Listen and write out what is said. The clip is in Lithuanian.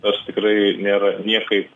nors tikrai nėra niekaip